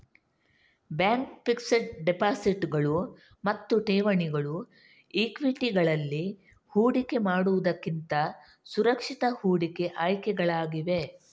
bank fixed ಡೆಪಾಸಿಟುಗಳು ಮತ್ತು ಠೇವಣಿಗಳು ಈಕ್ವಿಟಿಗಳಲ್ಲಿ ಹೂಡಿಕೆ ಮಾಡುವುದಕ್ಕಿಂತ ಸುರಕ್ಷಿತ ಹೂಡಿಕೆ ಆಯ್ಕೆಗಳಾಗಿವೆ